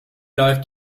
läuft